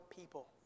people